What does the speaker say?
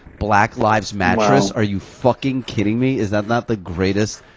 black lives mattress, are you fucking kidding me? is that not the greatest.